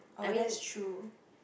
oh that's true